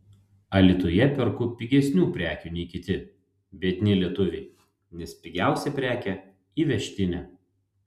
alytuje perku pigesnių prekių nei kiti biedni lietuviai nes pigiausia prekė įvežtinė